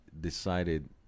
decided